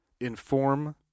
Inform